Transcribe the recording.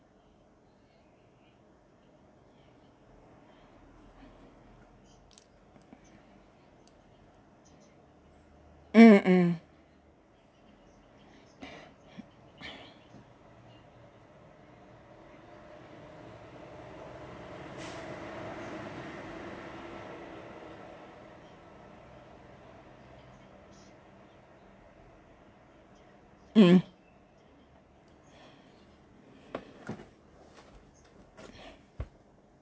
mm mm mm